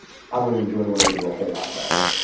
i'm gonna enjoy what i do a whole lot better.